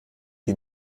die